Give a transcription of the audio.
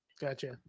Gotcha